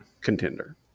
contender